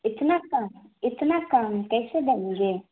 اتنا کم اتنا کم کیسے دیں گے